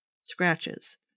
scratches